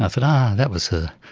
ah, but that was her.